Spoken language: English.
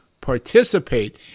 participate